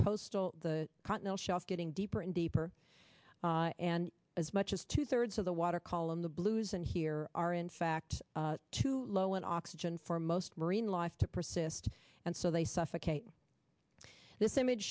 coastal the continental shelf getting deeper and deeper and as much as two thirds of the water column the blues and here are in fact too low in oxygen for most marine life to persist and so they suffocate this image